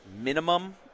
minimum